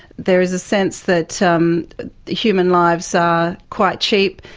there is a sense that um human lives are quite cheap.